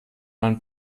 man